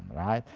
right?